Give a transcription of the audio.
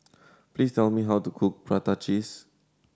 please tell me how to cook prata cheese